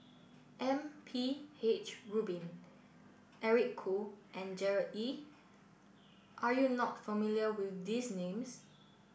M P H Rubin Eric Khoo and Gerard Ee are you not familiar with these names